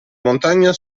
montagna